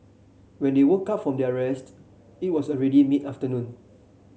when they woke up from their rest it was already mid afternoon